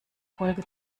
folge